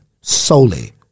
solely